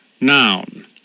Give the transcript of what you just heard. Noun